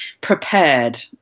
prepared